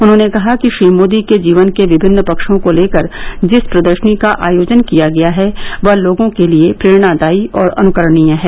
उन्होंने कहा कि श्री मोदी के जीवन के विभिन्न पक्षों को लेकर जिस प्रदर्शनी का आयोजन किया गया है वह लोगों के लिये प्रेरणादायी और अनुकरणीय है